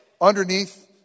underneath